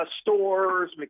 stores